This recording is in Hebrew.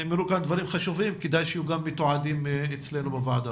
נאמרו כאן דברים חשובים וכדאי שהם גם יהיו מתועדים אצלנו בוועדה.